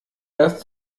erst